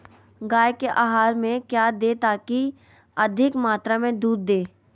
गाय को आहार में क्या दे ताकि अधिक मात्रा मे दूध दे?